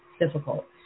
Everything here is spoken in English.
difficult